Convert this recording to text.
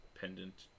pendant